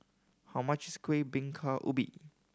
how much is Kueh Bingka Ubi